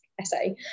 essay